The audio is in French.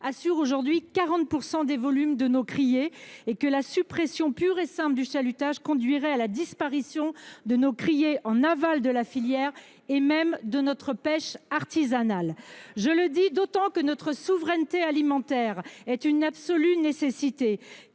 assure aujourd’hui 40 % des volumes de nos criées et que la suppression pure et simple de cette technique de pêche conduirait à la disparition de nos criées en aval de la filière, voire de notre pêche artisanale. Bravo ! Or notre souveraineté alimentaire est une absolue nécessité.